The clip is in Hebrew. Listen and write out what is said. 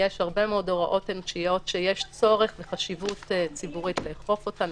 יש הרבה מאוד הוראות אנושיות שיש צורך וחשיבות ציבורית לאכוף אותן,